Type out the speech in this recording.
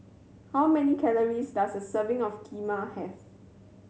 how many calories does a serving of Kheema have